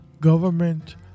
government